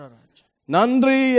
Nandri